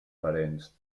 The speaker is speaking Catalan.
parents